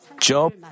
Job